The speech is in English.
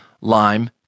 lime